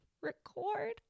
record